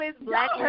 Black